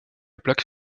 plaque